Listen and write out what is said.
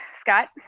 Scott